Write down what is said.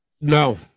No